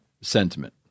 sentiment